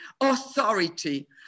authority